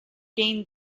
gained